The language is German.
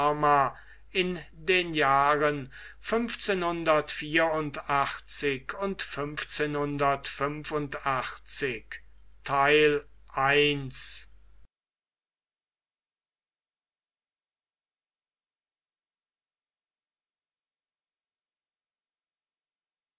in den jahren und